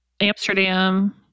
Amsterdam